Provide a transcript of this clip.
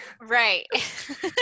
right